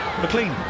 McLean